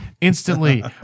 instantly